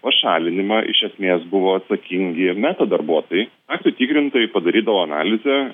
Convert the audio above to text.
pašalinimą iš esmės buvo atsakingi meta darbuotojai faktų tikrintojai padarydavo analizę